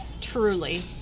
Truly